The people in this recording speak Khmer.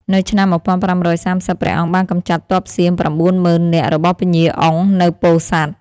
នៅឆ្នាំ ១៥៣០ ព្រះអង្គបានកម្ចាត់ទ័ពសៀម ៩ ម៉ឺននាក់របស់ពញ្ញាអុងនៅពោធិ៍សាត់។